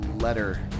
letter